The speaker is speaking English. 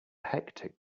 hectic